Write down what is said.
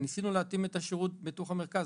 ניסינו להתאים את השירות בתוך המרכז,